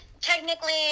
technically